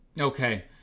Okay